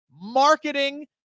marketing